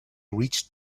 reached